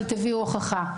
אבל תביאו הוכחה.